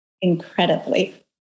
Incredibly